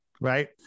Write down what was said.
right